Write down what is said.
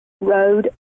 road